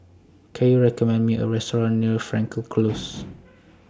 Can YOU recommend Me A Restaurant near Frankel Close